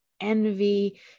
envy